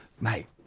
Mate